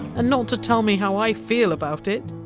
and not to tell me how i feel about it!